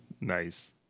Nice